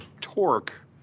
torque